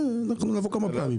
אנחנו נבוא כמה פעמים.